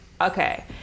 okay